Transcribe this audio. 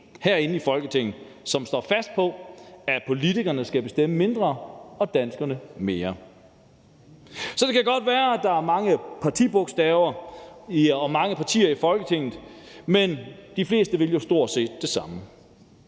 herinde i Folketinget, som står fast på, at politikerne skal bestemme mindre, og at danskerne skal bestemme mere. Så det kan godt være, at der er mange partibogstaver og mange partier i Folketinget, men de fleste vil jo stort set det samme,